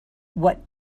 what